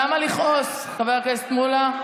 למה לכעוס, חבר הכנסת מולא?